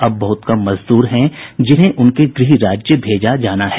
अब बहुत कम मजदूर हैं जिन्हें उनके गृह राज्य भेजा जाना है